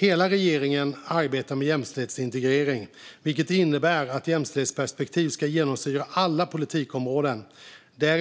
Hela regeringen arbetar med jämställdhetsintegrering, vilket innebär att ett jämställdhetsperspektiv ska genomsyra alla politikområden. Det är